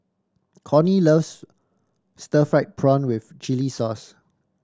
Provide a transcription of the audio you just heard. Cornie loves stir fried prawn with chili sauce